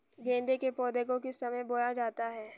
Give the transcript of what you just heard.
गेंदे के पौधे को किस समय बोया जाता है?